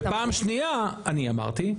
ופעם שנייה, אני אמרתי.